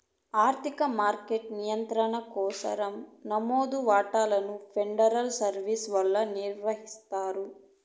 ఆర్థిక మార్కెట్ల నియంత్రణ కోసరం నమోదు వాటాలను ఫెడరల్ సర్వీస్ వల్ల నిర్వహిస్తారు